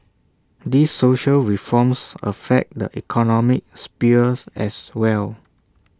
these social reforms affect the economic sphere as well